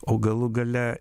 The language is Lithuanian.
o galų gale